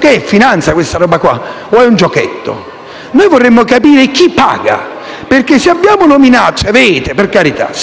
È finanza, questa roba, o è un giochetto? Noi vorremmo capire chi paga. Perché se